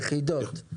יחידות,